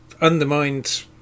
undermined